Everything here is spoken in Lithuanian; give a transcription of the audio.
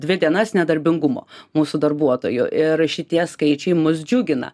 dvi dienas nedarbingumo mūsų darbuotojų ir šitie skaičiai mus džiugina